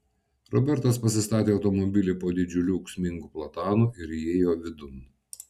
robertas pasistatė automobilį po didžiuliu ūksmingu platanu ir įėjo vidun